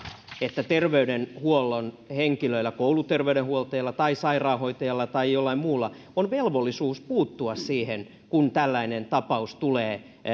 että terveydenhuollon henkilöillä kouluterveydenhuoltajalla tai sairaanhoitajalla tai jollain muulla on velvollisuus puuttua siihen kun tällainen tapaus tulee